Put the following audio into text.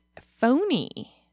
phony